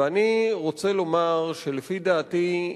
ואני רוצה לומר שלפי דעתי,